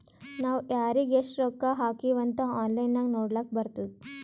ನಾವ್ ಯಾರಿಗ್ ಎಷ್ಟ ರೊಕ್ಕಾ ಹಾಕಿವ್ ಅಂತ್ ಆನ್ಲೈನ್ ನಾಗ್ ನೋಡ್ಲಕ್ ಬರ್ತುದ್